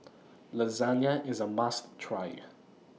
Lasagna IS A must Try